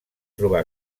trobar